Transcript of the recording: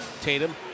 Tatum